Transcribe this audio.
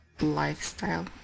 lifestyle